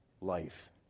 life